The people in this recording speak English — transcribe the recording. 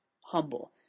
humble